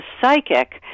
psychic